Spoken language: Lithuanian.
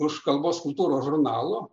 už kalbos kultūros žurnalo